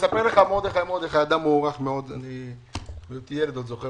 מרדכי מרדכי, אדם מוערך מאוד עוד כילד אני זוכר